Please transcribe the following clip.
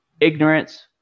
ignorance